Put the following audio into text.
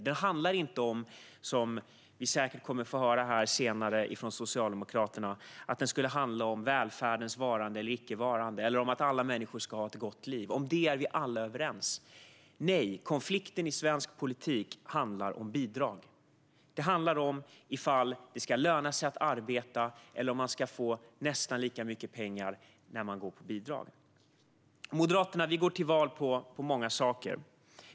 Vi kommer säkert att få höra här senare från Socialdemokraterna att konflikten i svensk politik skulle handla om välfärdens varande eller icke-varande eller om huruvida alla människor ska ha ett gott liv. Men om det är vi alla överens. Konflikten handlar inte om det, utan om bidrag. Den handlar om huruvida det ska löna sig att arbeta eller om man ska få nästan lika mycket pengar när man går på bidrag. Vi i Moderaterna går till val på många saker.